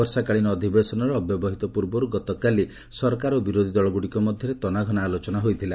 ବର୍ଷାକାଳୀନ ଅଧିବେଶନର ଅବ୍ୟବହିତ ପୂର୍ବରୁ ଗତକାଲି ସରକାର ଓ ବିରୋଧୀ ଦଳଗ୍ରଡ଼ିକ ମଧ୍ୟରେ ତନାଘନା ଆଲୋଚନା ହୋଇଛି